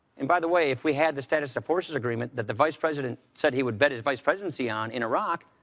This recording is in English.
and by the way, if we had the status of forces agreement that the vice president said he would bet his vice presidency on in iraq,